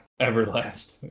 Everlast